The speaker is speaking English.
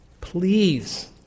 please